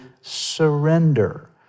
surrender